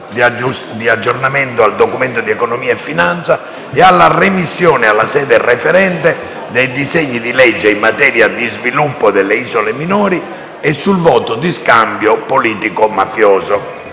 di aggiornamento al Documento di economia e finanza e alla remissione alla sede referente dei disegni di legge in materia di sviluppo delle isole minori e sul voto di scambio politico-mafioso.